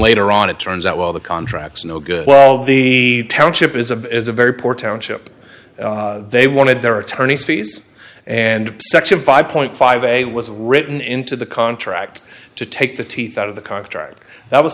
later on it turns out well the contracts no good well the township is a very poor township they wanted their attorney's fees and section five point five a was written into the contract to take the teeth out of the contract that was